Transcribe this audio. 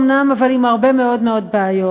אומנם, אבל עם הרבה מאוד מאוד בעיות.